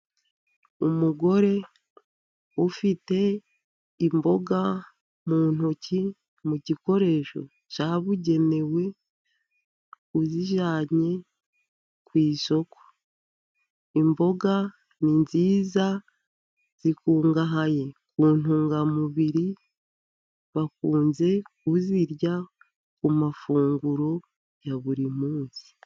Umugore ufite imboga mu ntoki, mu gikoresho cyabugenewe, uzijyanye ku isoko, imboga ni nziza, zikungahaye ku ntungamubiri, bakunze kuzirya ku mafunguro ya buri munsi.